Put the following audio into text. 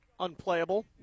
Unplayable